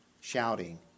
shouting